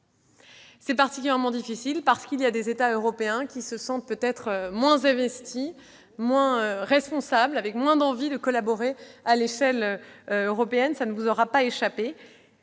C'est particulièrement difficile, parce que des États européens se sentent peut-être moins investis, moins responsables, ont moins l'envie de collaborer à l'échelle européenne. Cela ne vous aura pas échappé.